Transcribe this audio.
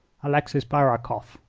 alexis barakoff.